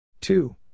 two